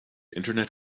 internet